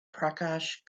prakash